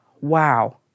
wow